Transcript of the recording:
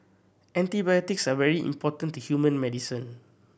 antibiotics are very important to human medicine